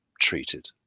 treated